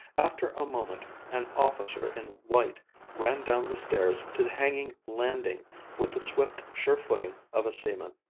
after a moment, an officer in white ran down the stairs to the hanging landing with the swift, sure footing of a seaman.